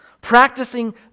Practicing